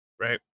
right